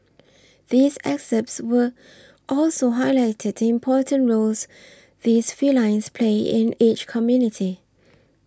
these excepts were also highlight the important roles these felines play in each community